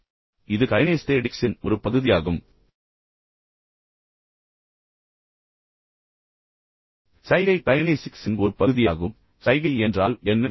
எனவே இது கைனேஸ்த்தேடிக்சின் ஒரு பகுதியாகும் சைகை மீண்டும் கைனேசிக்ஸின் ஒரு பகுதியாகும் சைகை என்றால் என்ன